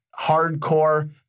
hardcore